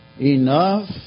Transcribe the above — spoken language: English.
enough